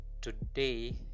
today